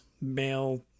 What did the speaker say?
male